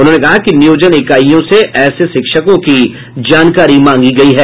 उन्होंने कहा कि नियोजन इकाईयों से ऐसे शिक्षकों की जानकारी मांगी गयी है